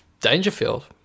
Dangerfield